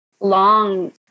long